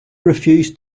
refused